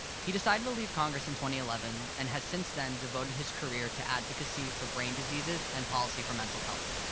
he decided to leave congress in two eleven and has since then devoted his career to advocacy for brain diseases and policy for mental health.